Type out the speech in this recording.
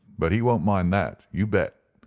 but he won't mind that, you bet.